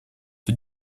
кто